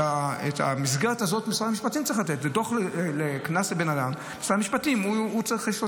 את המסגרת הזאת משרד המשפטים צריך לתת.